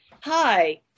hi